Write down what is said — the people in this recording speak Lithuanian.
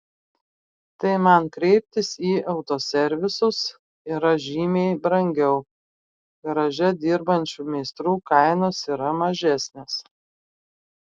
tai man kreiptis į autoservisus yra žymiai brangiau garaže dirbančių meistrų kainos yra mažesnės